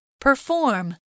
Perform